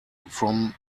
from